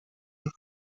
ein